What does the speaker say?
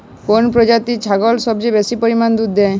কোন প্রজাতির ছাগল সবচেয়ে বেশি পরিমাণ দুধ দেয়?